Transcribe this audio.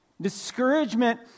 Discouragement